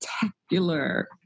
spectacular